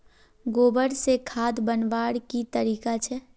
गोबर से खाद बनवार की तरीका छे?